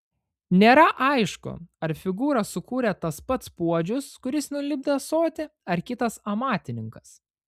nėra aišku ar figūrą sukūrė tas pats puodžius kuris nulipdė ąsotį ar kitas amatininkas